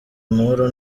amahoro